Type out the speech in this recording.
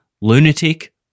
lunatic